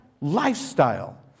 lifestyle